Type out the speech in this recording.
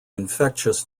infectious